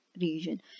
region